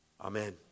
amen